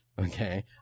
Okay